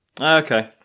Okay